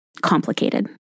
complicated